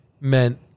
meant